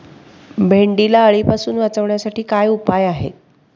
भेंडीला अळीपासून वाचवण्यासाठी काय उपाय आहे?